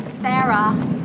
Sarah